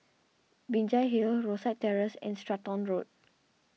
Binjai Hill Rosyth Terrace and Stratton Road